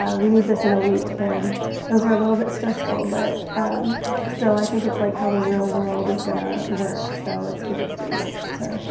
we need this in a week, and those are a little bit stressful but still, i think it's like how the real world is gonna work, so it's good experience to